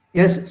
yes